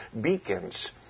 beacons